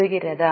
புரிகிறதா